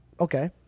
Okay